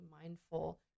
mindful